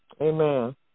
Amen